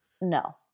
No